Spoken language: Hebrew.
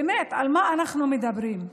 באמת, על מה אנחנו מדברים?